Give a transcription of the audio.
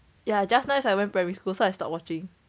ya just now I went primary school so I stopped watching